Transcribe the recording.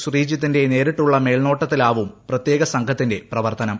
ശ്രീജിത്തിന്റെ നേരിട്ടുളള മേൽനോട്ടത്തിലാവും പ്രത്യേക സംഘത്തിന്റെ പ്രവർത്തനം